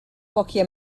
pochi